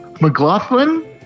McLaughlin